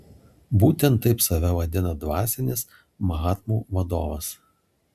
būtent taip save vadina dvasinis mahatmų vadovas